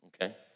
Okay